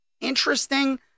interesting